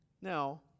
Now